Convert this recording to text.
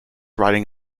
riding